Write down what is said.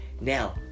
Now